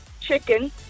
chicken